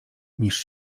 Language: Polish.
niż